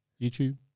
YouTube